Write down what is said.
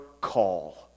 call